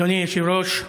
אדוני היושב-ראש,